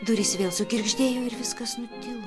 durys vėl sugirgždėjo ir viskas nutilo